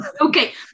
Okay